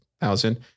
thousand